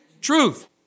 truth